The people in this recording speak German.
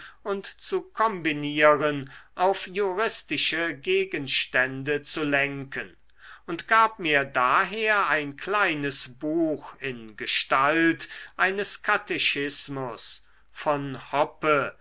und zu kombinieren auf juristische gegenstände zu lenken und gab mir daher ein kleines buch in gestalt eines katechismus von hoppe